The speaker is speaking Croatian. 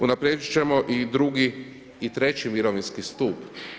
Unaprijediti ćemo drugi i treći mirovinski stup.